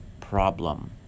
problem